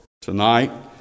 tonight